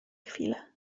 chwilę